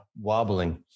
wobbling